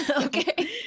Okay